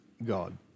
God